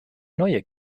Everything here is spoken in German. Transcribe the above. neue